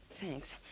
Thanks